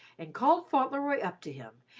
and called fauntleroy up to him,